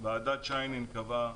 היושב-ראש, ועדת שיינין קבעה